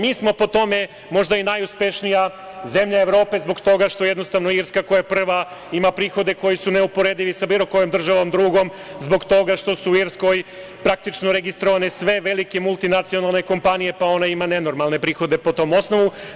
Mi smo po tome možda i najuspešnija zemlja Evrope zbog toga što jednostavno Irska koja je prva ima prihode koji su neuporedivi sa bilo kojom državom drugom zbog toga što su u Irskoj praktično registrovane sve velike multinacionalne kompanije, pa ona ima nenormalne prihode po tom osnovu.